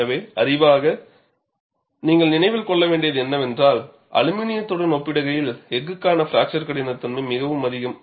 எனவே அறிவாக நீங்கள் நினைவில் கொள்ள வேண்டியது என்னவென்றால் அலுமினியத்துடன் ஒப்பிடுகையில் எஃகுக்கான பிராக்சர் கடினத்தன்மை மிகவும் அதிகம்